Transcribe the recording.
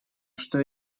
что